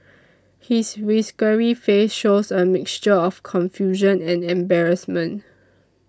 his whiskery face shows a mixture of confusion and embarrassment